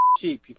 cheap